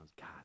God